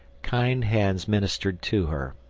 kind hands ministered to her,